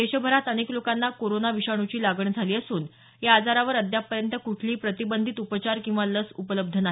देशभरात अनेक लोकांना कोरोना विषाणूची लागण झाली असून या आजारावर अद्यापपर्यंत कुठलीही प्रतिबंधित उपचार किंवा लस उपलब्ध नाही